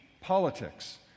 politics